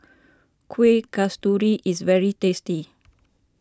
Kueh Kasturi is very tasty